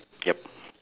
yup